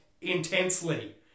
intensely